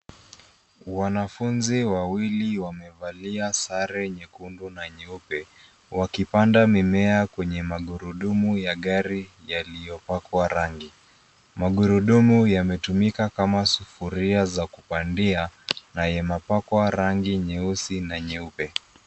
Wanafunzi wawili wamevalia sare nyekundu na nyeupe wakipanda mimea kwenye gurudumu ya gari yaliyopakwa rangi. Magurudumu yametumika kama sufuria za kupandia na imepakwa rangi nyeusi na nyeupe.